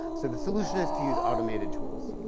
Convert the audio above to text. so the solution is to use automated tools.